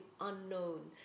unknown